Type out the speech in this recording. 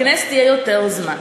לכנסת יהיה יותר זמן.